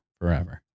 forever